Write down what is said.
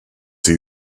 see